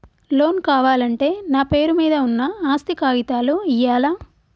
Loan కావాలంటే నా పేరు మీద ఉన్న ఆస్తి కాగితాలు ఇయ్యాలా?